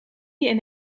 een